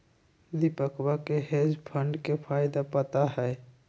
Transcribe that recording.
दीपकवा के hedge fund के फायदा पता हई